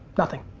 nothing,